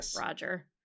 Roger